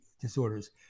disorders